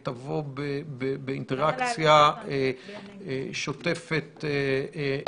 ותבוא באינטראקציה שוטפת